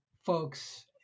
folks